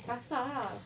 pasar lah